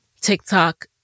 TikTok